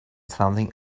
something